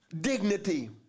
dignity